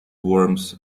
worms